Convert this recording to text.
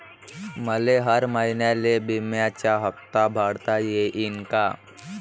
मले हर महिन्याले बिम्याचा हप्ता भरता येईन का?